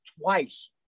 Twice